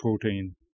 protein